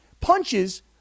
punches